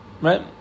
Right